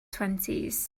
twenties